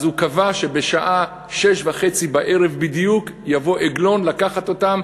אז הוא קבע שבשעה 18:30 בדיוק יבוא עגלון לקחת אותם,